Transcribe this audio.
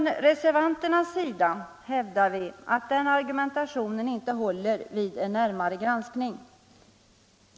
Vi reservanter hävdar att den argumentationen inte håller vid en närmare granskning.